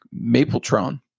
Mapletron